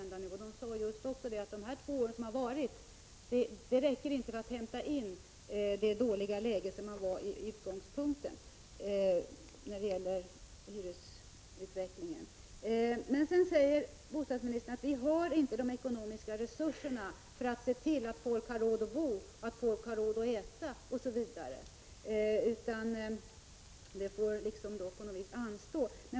Man sade just att den gynnsammare hyresutvecklingen under de två år som nu varit inte räcker för att ta igen vad man tidigare förlorat och ändra det dåliga utgångsläge som man befann sig i vid början av den perioden. Bostadsministern säger vidare att vi inte har ekonomiska resurser för att se till att folk har råd att bo, att äta osv., utan sådana insatser får anstå.